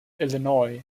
illinois